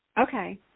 Okay